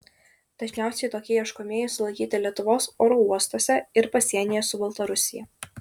dažniausiai tokie ieškomieji sulaikyti lietuvos oro uostuose ir pasienyje su baltarusija